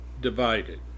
divided